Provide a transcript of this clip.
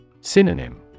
Synonym